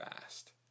fast